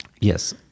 Yes